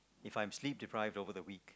If I am sleep deprived over the week